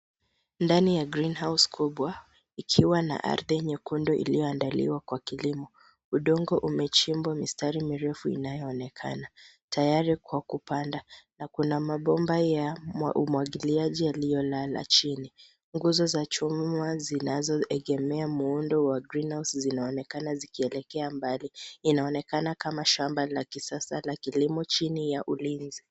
Ndani ya greenhouse kubwa ikiwa na ardhi nyekunud iliyoandaliwa kwa kilimo. Udongo umechimbwa mistari mirefu inayoonekana tayari kwa kupanda na kuna mabomba ya umwagiliaji yaliyolala chini. Nguzo za chuma zinazoegemea muundo wa ]greenhouse zinaonekana zikielekea mbali. Inaonekana kama shamba la kisasa la kilimo chini ya ulinzi.